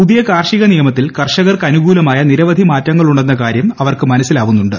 പുതിയ കാർഷിക നിയമത്തിൽ കർഷകർക്ക് അനുകൂലമായ നിരവധി മാറ്റങ്ങളുണ്ടെന്ന കാര്യം അവർക്ക് മനസിലാക്കാനാവുന്നുണ്ട്